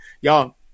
y'all